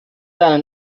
einen